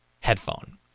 headphone